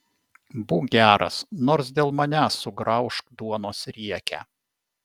būk geras nors dėl manęs sugraužk duonos riekę